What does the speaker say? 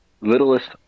littlest